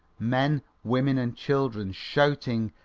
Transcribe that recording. men, women and children shouting,